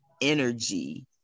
energy